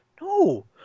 No